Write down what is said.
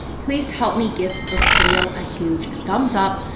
please help me give this video a huge thumbs up.